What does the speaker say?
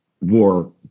war